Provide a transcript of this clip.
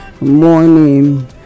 morning